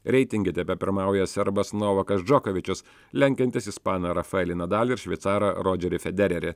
reitinge tebepirmauja serbas novakas džokovičius lenkiantis ispaną rafaelį nadalį ir šveicarą rodžerį federerį